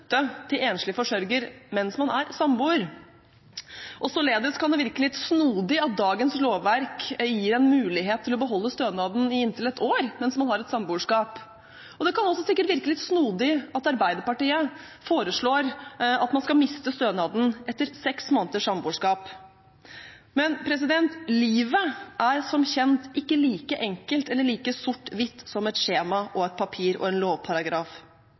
enslig forsørger mens man er samboer. Således kan det virke litt snodig at dagens lovverk gir en mulighet til å beholde stønaden i inntil et år mens man er i et samboerskap. Det kan også sikkert virke litt snodig at Arbeiderpartiet foreslår at man skal miste stønaden etter seks måneders samboerskap. Men livet er som kjent ikke like enkelt eller like sort/hvitt som et skjema og et papir og en lovparagraf.